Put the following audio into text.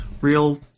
real